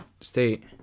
state